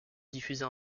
diffusées